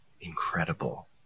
incredible